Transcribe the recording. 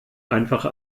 einfach